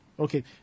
Okay